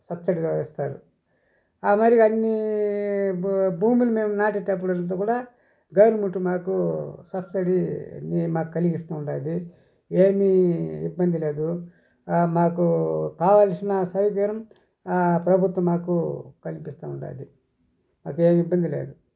సబ్సిడీలో ఇస్తారు మరి అన్ని భూములు మేము నాటేటప్పుడు అంతా కూడా గవర్నమెంట్ మాకు సబ్సిడి మీ మాకు కలిగిస్తా ఉండాది ఏమీ ఇబ్బంది లేదు మాకు కావాల్సిన సౌకర్యం ప్రభుత్వం మాకు కల్పిస్తా ఉండాది మాకేమి ఇబ్బంది లేదు